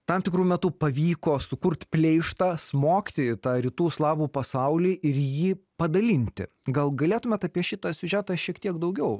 tam tikru metu pavyko sukurt pleištą smogti į tą rytų slavų pasaulį ir jį padalinti gal galėtumėt apie šitą siužetą šiek tiek daugiau